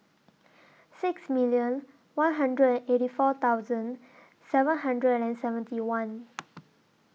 six million one hundred and eighty four thousand seven hundred and seventy one